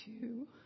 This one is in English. two